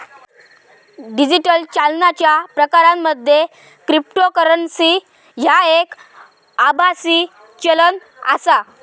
digital चालनाच्या प्रकारांमध्ये cryptocurrency ह्या एक आभासी चलन आसा